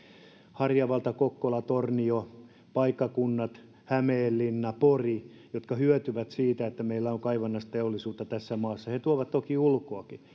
harjavalta kokkola tornio hämeenlinna pori ovat paikkakunnat jotka hyötyvät siitä että meillä on kaivannaisteollisuutta tässä maassa he tuovat toki ulkoakin